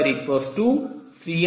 Cn1n